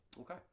Okay